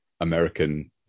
American